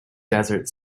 desert